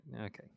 Okay